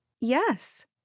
Yes